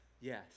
yes